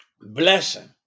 blessing